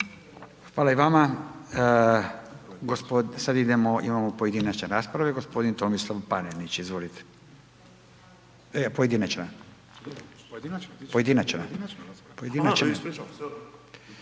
Hvala i vama. Sad idemo, imamo pojedinačne rasprave, g. Tomislav Panenić, izvolite. Je, pojedinačna